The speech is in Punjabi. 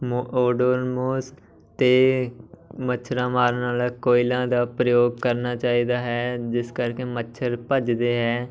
ਮੋ ਓਡੋਮੋਸ ਅਤੇ ਮੱਛਰਾਂ ਮਾਰਨ ਵਾਲਾ ਕੋਇਲਾਂ ਦਾ ਪ੍ਰਯੋਗ ਕਰਨਾ ਚਾਹੀਦਾ ਹੈ ਜਿਸ ਕਰਕੇ ਮੱਛਰ ਭੱਜਦੇ ਹੈ